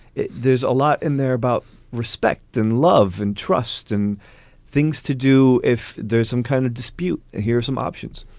there's a lot in there about respect and love and trust and things to do if there's some kind of dispute. here are some options,